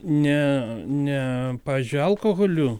ne ne pavyzdžiui alkoholiu